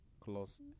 close